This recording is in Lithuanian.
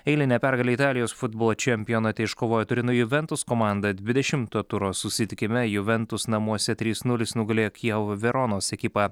eilinę pergalę italijos futbolo čempionate iškovojo turino juventus komanda dvidešimto turo susitikime juventus namuose trys nulis nugalėjo chievo veronos ekipą